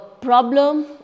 problem